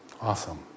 Awesome